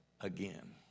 again